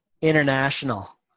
International